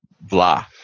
blah